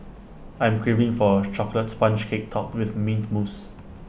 I am craving for A Chocolate Sponge Cake Topped with Mint Mousse